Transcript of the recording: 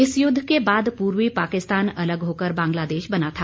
इस युद्ध के बाद पूर्वी पाकिस्तान अलग होकर बांग्लादेश बना था